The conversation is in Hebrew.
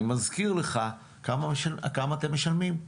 כמה אתם משלמים?